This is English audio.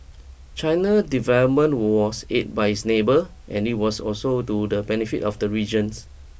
China development was aid by its neighbour and it was also to the benefit of the regions